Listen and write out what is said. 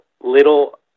little